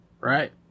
Right